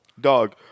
Dog